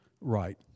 Right